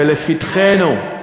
ולפתחנו,